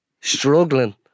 struggling